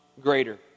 greater